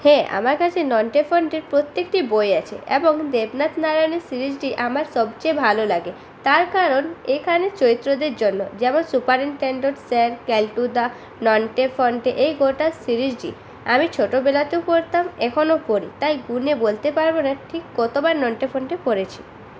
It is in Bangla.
হ্যাঁ আমার কাছে নটে ফন্টের প্রত্যেকটি বই আছে এবং দেবনাথ নারায়ণের সিরিজটি আমার সবচেয়ে ভালো লাগে তার কারণ এখানের চরিত্রদের জন্য যেমন সুপারিটেন্ডেন্ট স্যার কেল্টুদা নন্টে ফন্টে এই গোটা সিরিজটি আমি ছোটোবেলাতেও পড়তাম এখনও পড়ি তাই গুণে বলতে পারবো না ঠিক কতবার নন্টে ফন্টে পড়েছি